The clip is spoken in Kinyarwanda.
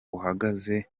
uhagaze